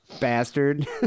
bastard